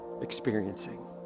experiencing